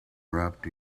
wrapped